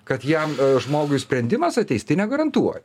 kad jam žmogui sprendimas ateis tai negarantuoja